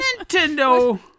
Nintendo